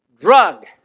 drug